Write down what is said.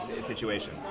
situation